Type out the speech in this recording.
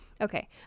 Okay